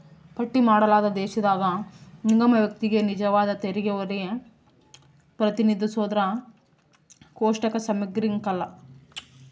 ಪಟ್ಟಿ ಮಾಡಲಾದ ದೇಶದಾಗ ನಿಗಮ ವ್ಯಕ್ತಿಗೆ ನಿಜವಾದ ತೆರಿಗೆಹೊರೆ ಪ್ರತಿನಿಧಿಸೋದ್ರಾಗ ಕೋಷ್ಟಕ ಸಮಗ್ರಿರಂಕಲ್ಲ